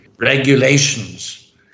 regulations